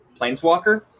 planeswalker